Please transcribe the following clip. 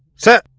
sir,